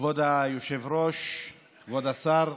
כבוד היושב-ראש, כבוד השר,